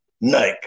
Nike